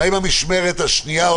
מה עם המשמרת השנייה?